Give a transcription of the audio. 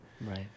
right